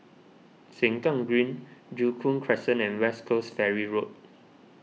Sengkang Green Joo Koon Crescent and West Coast Ferry Road